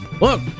Look